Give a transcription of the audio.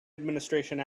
administration